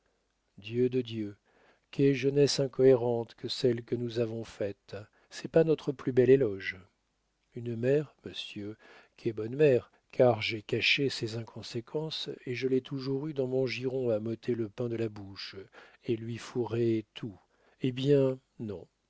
dieu de dieu qué jeunesse incohérente que celle que nous avons faite c'est pas notre plus bel éloge une mère monsieur qu'est bonne mère car j'ai caché ses inconséquences et je l'ai toujours eue dans mon giron à m'ôter le pain de la bouche et lui fourrer tout eh bien non